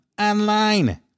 online